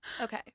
Okay